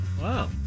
Wow